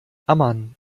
amman